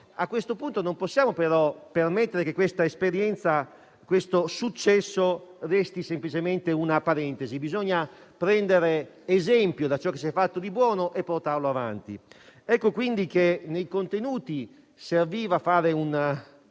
A questo punto, non possiamo però permettere che questa esperienza, questo successo resti semplicemente una parentesi: bisogna prendere esempio da ciò che si è fatto di buono e portarlo avanti. Nei contenuti, serviva quindi